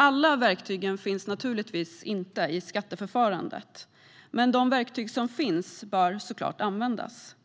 Alla verktyg finns naturligtvis inte i skatteförfarandet, men de verktyg som finns bör såklart användas.